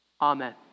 Amen